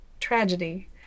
tragedy